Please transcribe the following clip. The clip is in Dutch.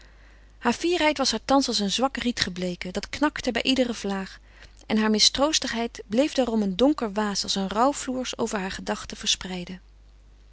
haar fierheid was haar thans als een zwak riet gebleken dat knakte bij iedere vlaag en haar mistroostigheid bleef daarom een donker waas als een rouwfloers over haar gedachte verspreiden